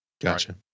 Gotcha